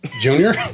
Junior